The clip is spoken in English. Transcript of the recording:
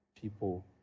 people